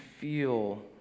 feel